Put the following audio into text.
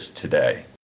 today